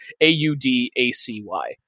a-u-d-a-c-y